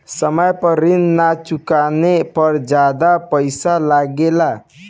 समय पर ऋण ना चुकाने पर ज्यादा पईसा लगेला?